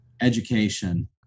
education